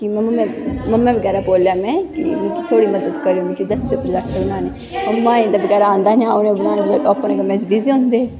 मम्मा बगैरा गी बोलेआ में मिगी थोह्ड़ी मदद करेओ मिगी दस्सेओ प्रोजैक्ट बनानें गी मम्मा जी गै बगैरा आंदा नी हा ओह् अपनैं कम्मैं च बिज़ृी होंदे हे